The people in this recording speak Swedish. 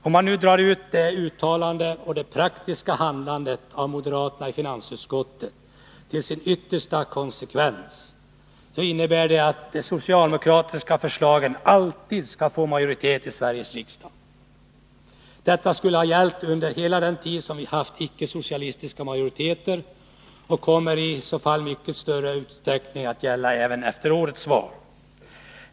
Om man drar ut de yttersta konsekvenserna av detta uttalande och av moderaternas praktiska handlande i finansutskottet, kan man konstatera att detta innebär att de socialdemokratiska förslagen alltid skulle få majoritet i Sveriges riksdag. Detta skulle ha gällt under hela den tid som vi har haft icke-socialistiska majoriteter, och det kommer i så fall med mycket stor säkerhet att gälla även efter årets val.